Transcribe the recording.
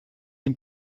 dem